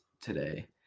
today